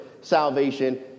salvation